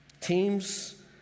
Teams